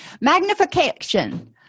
magnification